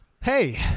Hey